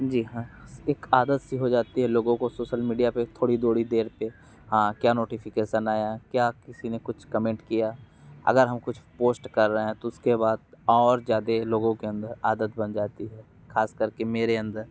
जी हाँ एक आदत सी हो जाती है लोगों को सोसल मीडिया पे थोड़ी थोड़ी देर पे हाँ क्या नोटिफिकेसन आया क्या किसी ने कुछ कमेंट किया अगर हम कुछ पोस्ट कर रहें तो उसके बाद और ज़्यादा लोगों के अंदर आदत बन जाती है खास करके मेरे अंदर